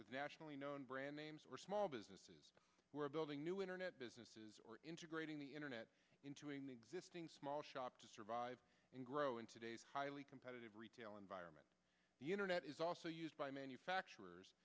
with nationally known brand names or small businesses where building new internet businesses or integrating the internet into in the existing small shop to survive and grow in today's highly competitive retail environment the internet is also used by manufacturers